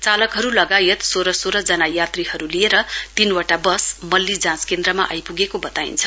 चालकहरू लगायत सोह्र सोह्र जना यात्रीहरू लिएर तीनवटा बस मल्ली जाँच केन्द्रमा आइपुगेको बताइन्छ